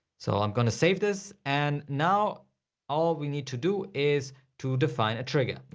so i'm going to save this and now all we need to do is to define a trigger.